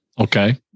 Okay